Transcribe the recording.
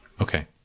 Okay